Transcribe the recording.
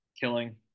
killing